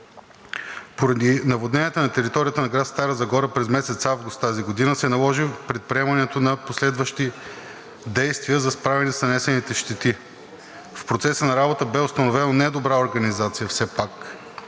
Поради наводненията на територията на град Стара Загора през месец август тази година се наложи предприемането на последващи действия за справяне с нанесените щети. В процеса на работа все пак бе установена недобра организация на